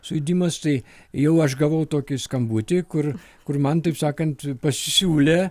sujudimas tai jau aš gavau tokį skambutį kur kur man taip sakant pasisiūlė